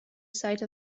site